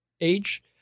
age